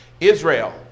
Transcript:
Israel